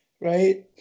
right